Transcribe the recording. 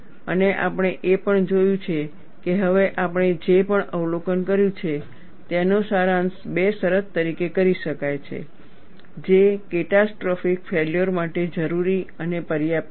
અને આપણે એ પણ જોયુ છે કે હવે આપણે જે પણ અવલોકન કર્યું છે તેનો સારાંશ બે શરતો તરીકે કરી શકાય છે જે કેટાસ્ટ્રોફીક ફેલ્યોર માટે જરૂરી અને પર્યાપ્ત છે